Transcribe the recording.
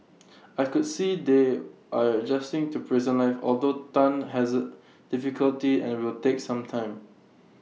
I could see they are adjusting to prison life although Tan has difficulty and will take some time